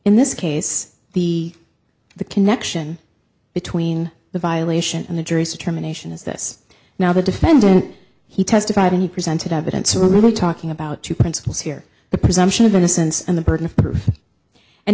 in this case the the connection between the violation and the jury's terminations is this now the defendant he testified he presented evidence of a little talking about two principles here the presumption of innocence and the burden of proof and